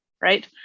right